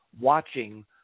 watching